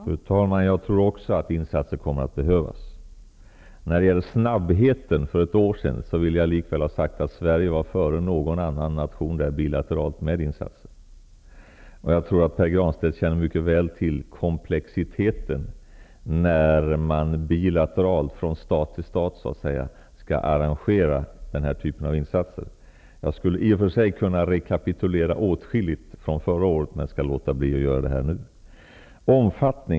Fru talman! Jag tror också att insatser kommer att behövas. När det gäller snabbheten för ett år sedan vill jag likväl ha sagt att Sverige var före någon annan nation med bilaterala insatser. Jag tror att Pär Granstedt mycket väl känner till komplexiteten när man skall arrangera denna typ av bilaterala insatser, från stat till stat. Jag skulle i och för sig kunna rekapitulera åtskilligt från förra året, men det skall jag låta bli att göra nu.